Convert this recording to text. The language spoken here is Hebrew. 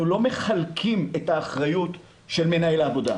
אנחנו לא מחלקים את האחריות של מנהל העבודה,